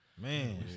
Man